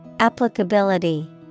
Applicability